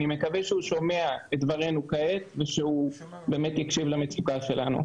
אני מקווה שהוא שומע את דברינו כעת ושהוא יקשיב למצוקה שלנו.